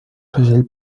segell